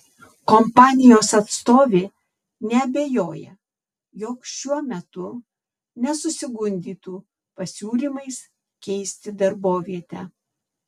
kompanijos atstovė neabejoja jog šiuo metu nesusigundytų pasiūlymais keisti darbovietę